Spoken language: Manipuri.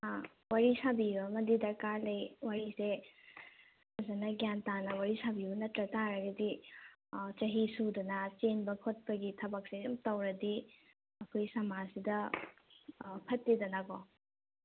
ꯋꯥꯔꯤ ꯁꯥꯕꯤꯕ ꯑꯃꯗꯤ ꯗꯔꯀꯥꯔ ꯂꯩ ꯋꯤꯔꯤꯁꯦ ꯐꯖꯅ ꯒ꯭ꯌꯥꯟ ꯇꯥꯅ ꯋꯥꯔꯤ ꯁꯥꯕꯤꯌꯨ ꯅꯠꯇꯕ ꯇꯥꯔꯒꯗꯤ ꯆꯍꯤꯁꯨꯗꯅ ꯆꯦꯟꯕ ꯈꯣꯠꯄꯒꯤ ꯊꯕꯛꯁꯦ ꯁꯨꯝ ꯇꯧꯔꯗꯤ ꯑꯩꯈꯣꯏ ꯁꯃꯥꯁꯁꯤꯗ ꯐꯠꯇꯦꯗꯅꯀꯣ